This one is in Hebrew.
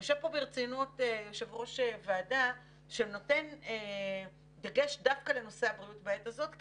יושב פה ברצינות יושב-ראש ועדה שנותן דגש דווקא לנושא הבריאות בעת הזאת,